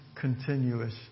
continuous